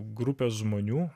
grupės žmonių